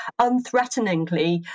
unthreateningly